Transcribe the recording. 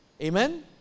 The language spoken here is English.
amen